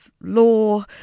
law